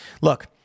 Look